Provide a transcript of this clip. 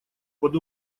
под